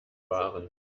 waren